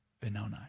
Benoni